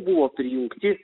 buvo prijungti